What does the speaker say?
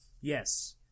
Yes